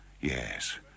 Yes